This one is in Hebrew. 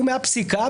הוא מהפסיקה,